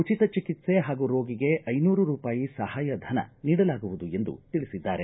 ಉಚಿತ ಚಿಕಿತ್ಸೆ ಹಾಗೂ ರೋಗಿಗೆ ಐನೂರು ರೂಪಾಯಿ ಸಹಾಯ ಧನ ನೀಡಲಾಗುವುದು ಎಂದು ತಿಳಿಸಿದರು